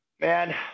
Man